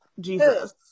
Jesus